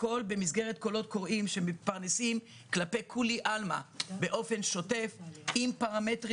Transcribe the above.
הכול במסגרת קולות קוראים כלפי כולי עלמא באופן שוטף עם פרמטרים